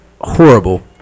horrible